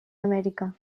amèrica